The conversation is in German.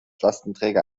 lastenträger